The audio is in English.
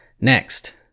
next